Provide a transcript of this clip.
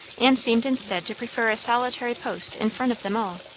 and seemed instead to prefer a solitary post in front of them all,